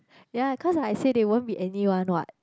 ya cause I say they won't be anyone what